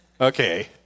Okay